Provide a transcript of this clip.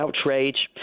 outrage